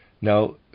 now